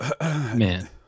Man